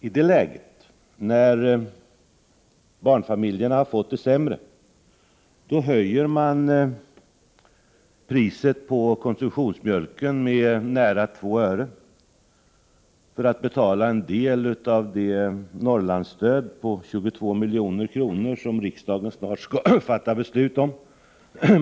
I detta läge, när barnfamiljerna har fått det sämre, höjer regeringen priset på konsumtionsmjölken med nära 2 öre för att betala en del av det Norrlandsstöd på 22 milj.kr. som riksdagen snart skall fatta beslut om.